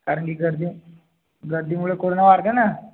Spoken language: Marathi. कारण की गर्दी गर्दीमुळे कोरोना वाढते ना